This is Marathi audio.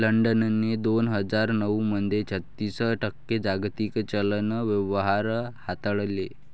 लंडनने दोन हजार नऊ मध्ये छत्तीस टक्के जागतिक चलन व्यवहार हाताळले